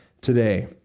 today